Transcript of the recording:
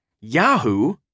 Yahoo